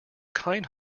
kind